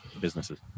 businesses